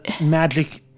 magic